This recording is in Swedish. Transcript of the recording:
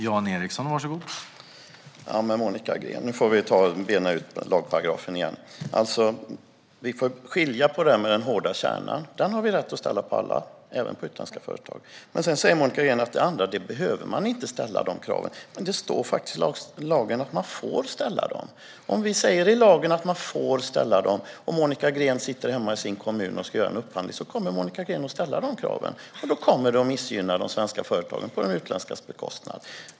Herr talman! Nu får vi ta och bena ut lagparagrafen igen, Monica Green. Man måste skilja på det här. De krav som finns i den hårda kärnan har vi rätt att ställa på alla, även på utländska företag. Sedan säger Monica Green att man inte behöver ställa de andra kraven. Men det står faktiskt i lagen att man får ställa dem. Om vi säger i lagen att man får ställa dem och Monica Green sitter hemma i sin kommun och ska göra en upphandling kommer hon att ställa dessa krav. Och då kommer det att missgynna de svenska företagen på de utländskas bekostnad.